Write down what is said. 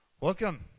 welcome